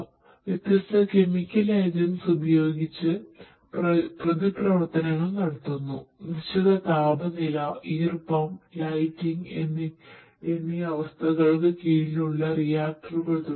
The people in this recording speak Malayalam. വ്യത്യസ്ത കെമിക്കൽ ഏജന്റ്സ് ഉപയോഗിച്ച് വ്യത്യസ്ത പ്രതിപ്രവർത്തനങ്ങൾ നടത്തുന്നു നിശ്ചിത താപനില ഈർപ്പം ലൈറ്റിംഗ് അവസ്ഥയ്ക്ക് കീഴിലുള്ള റിയാക്ടറുകൾ തുടങ്ങിയവ